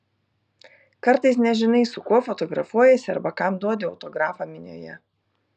kartais nežinai su kuo fotografuojiesi arba kam duodi autografą minioje